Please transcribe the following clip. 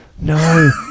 no